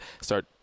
start